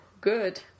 good